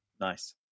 nice